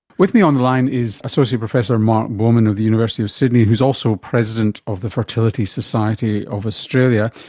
with me on the line is associate professor mark bowman of the university of sydney who is also president of the fertility society of australia.